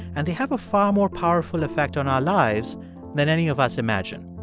and they have a far more powerful effect on our lives than any of us imagine.